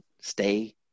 Stay